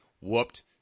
whooped